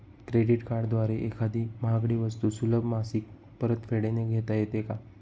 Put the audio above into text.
Credit कार्डद्वारे एखादी महागडी वस्तू सुलभ मासिक परतफेडने घेता येते का?